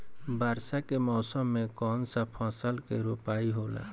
वर्षा के मौसम में कौन सा फसल के रोपाई होला?